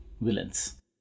villains